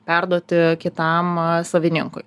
perduoti kitam savininkui